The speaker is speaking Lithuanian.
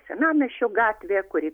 senamiesčio gatvė kuri